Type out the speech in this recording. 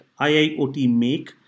iiotmake